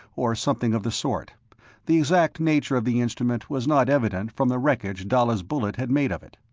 or something of the sort the exact nature of the instrument was not evident from the wreckage dalla's bullet had made of it.